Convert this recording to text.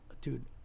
dude